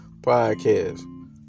podcast